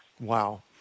Wow